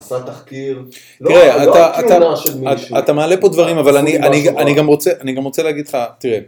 אתה מעלה פה דברים אבל אני גם רוצה אני גם רוצה להגיד לך תראה